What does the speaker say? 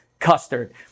custard